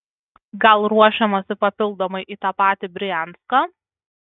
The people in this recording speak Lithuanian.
gal ruošiamasi papildomai į tą patį brianską